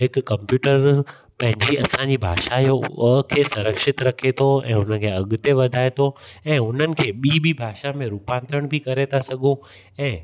हिकु कंप्यूटर पंहिंजी असांजी भाषा जो संरक्षित रखे थो ऐं उनखे अॻिते वधाए थो ऐं हुननि खे ॿी ॿी भाषा में रुपांतरण करे था सघूं ऐं